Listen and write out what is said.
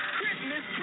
Christmas